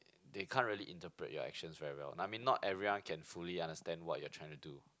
they can't really interpret your actions very well I mean not everyone can fully understand what you're trying to do